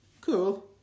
cool